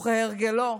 וכהרגלו,